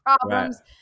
problems